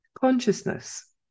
Consciousness